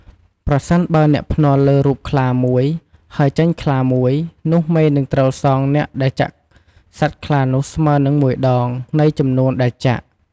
ប្រសិនបើអ្នកភ្នាល់លើរូបខ្លាមួយ ហើយចេញខ្លាមួយ នោះមេនឹងត្រូវសងអ្នកដែលចាក់សត្វខ្លានោះស្មើនឹង ១ដង នៃចំនួនដែលចាក់។